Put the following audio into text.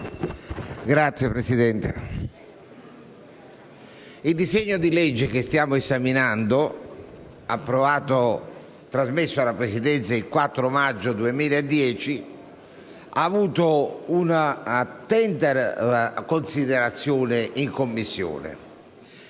Signora Presidente, il disegno di legge che stiamo esaminando, trasmesso alla Presidenza il 4 maggio 2010, è stato oggetto di un'attenta considerazione in Commissione,